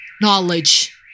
knowledge